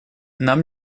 нам